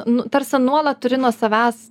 nu tarsi nuolat turi nuo savęs